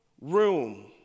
room